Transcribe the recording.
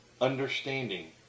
Understanding